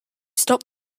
stop